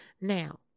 Now